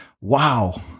wow